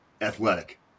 athletic